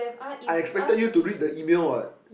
I I expected you to read the email what